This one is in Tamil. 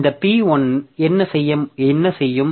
இந்த P1 என்ன செய்யும்